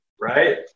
right